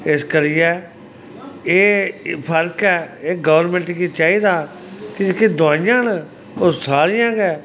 इस करियै एह् फर्क ऐ एह् गौरमैंट गी चाहिदा कि जेह्कियां दोआइयां न ओह् सारियां गै